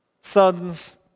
sons